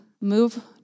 move